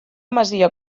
masia